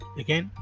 again